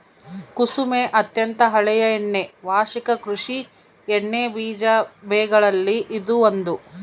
ಕುಸುಮೆ ಅತ್ಯಂತ ಹಳೆಯ ಎಣ್ಣೆ ವಾರ್ಷಿಕ ಕೃಷಿ ಎಣ್ಣೆಬೀಜ ಬೆಗಳಲ್ಲಿ ಇದು ಒಂದು